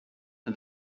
and